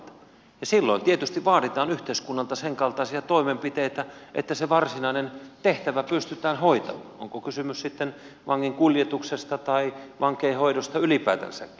silloin tietysti vaaditaan yhteiskunnalta senkaltaisia toimenpiteitä että se varsinainen tehtävä pystytään hoitamaan on kysymys sitten vangin kuljetuksesta tai vankeinhoidosta ylipäätänsäkin